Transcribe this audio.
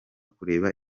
kureba